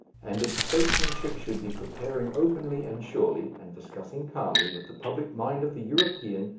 and its statesmanship should be preparing openly and surely, and discussing calmly with the public mind of the european,